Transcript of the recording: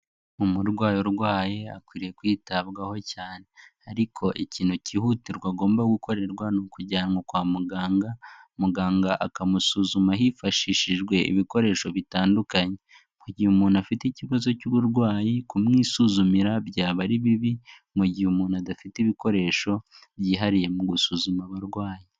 Umurwayi urwaye akwiriye kwitabwaho cyane, ariko ikintu cyihutirwa agomba gukorerwa ni kujyanwa kwa muganga, muganga akamusuzuma hifashishijwe ibikoresho bitandukanye, mu gihe umuntu afite ikibazo cy'uburwayi kumwisuzumira byaba ari bibi mu gihe umuntu adafite ibikoresho byihariye mu gusuzuma abarwayi.